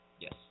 Yes